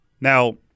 Now